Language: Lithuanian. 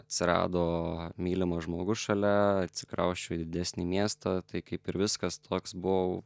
atsirado mylimas žmogus šalia atsikrausčiau į didesnį miestą tai kaip ir viskas toks buvau